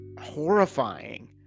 horrifying